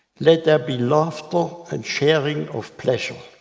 let there be laughter and sharing of pleasure,